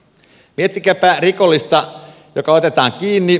miettikääpä rikollista joka otetaan kiinni